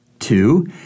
Two